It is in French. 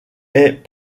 est